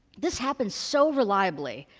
this happens so reliably,